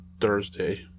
Thursday